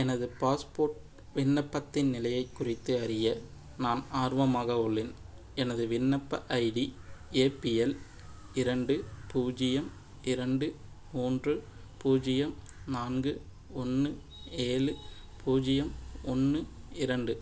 எனது பாஸ்போர்ட் விண்ணப்பத்தின் நிலையை குறித்து அறிய நான் ஆர்வமாக உள்ளேன் எனது விண்ணப்ப ஐடி ஏ பி எல் இரண்டு பூஜ்ஜியம் இரண்டு மூன்று பூஜ்ஜியம் நான்கு ஒன்று ஏழு பூஜ்ஜியம் ஒன்று இரண்டு